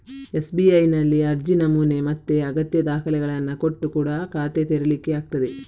ಎಸ್.ಬಿ.ಐನಲ್ಲಿ ಅರ್ಜಿ ನಮೂನೆ ಮತ್ತೆ ಅಗತ್ಯ ದಾಖಲೆಗಳನ್ನ ಕೊಟ್ಟು ಕೂಡಾ ಖಾತೆ ತೆರೀಲಿಕ್ಕೆ ಆಗ್ತದೆ